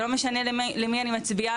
זה לא משנה למי אני מצביעה,